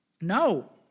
No